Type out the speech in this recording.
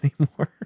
anymore